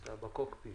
בקוקפיט.